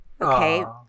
okay